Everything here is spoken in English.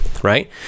right